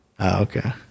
Okay